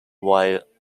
while